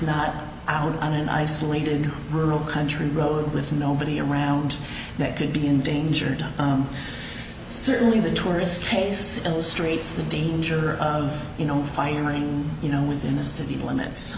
not out on an isolated rural country road with nobody around that could be endangered certainly the tourist case illustrates the danger of you know firing you know within the city limits